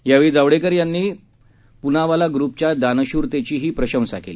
यावेळी जावडेकर यांनी यावेळी पूनावाला ग्रुपच्या दानशूरतेही प्रशंसा केली